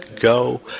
go